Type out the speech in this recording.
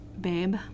babe